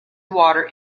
water